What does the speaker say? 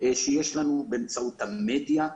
שיש לנו, באמצעות המדיה,